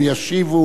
כי אם הם לא ישיבו,